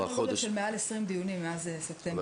סדר גודל של מעל 20 דיונים מאז ספטמבר.